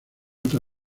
otra